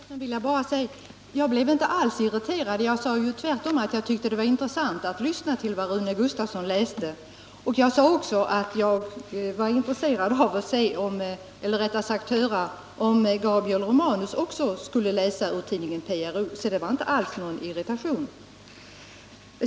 Herr talman! Jag vill bara säga till Rune Gustavsson att jag inte alls blev irriterad. Jag sade ju tvärtom att jag tyckte det var intressant att lyssna till vad Rune Gustavsson läste upp, och jag sade också att jag var intresserad av att höra om även Gabriel Romanus skulle läsa ur tidningen PRO. Det var alltså inte alls frågan om någon irritation.